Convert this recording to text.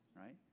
right